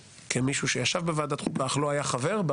כמישהו שישב בוועדת חוקה אך לא היה חבר בה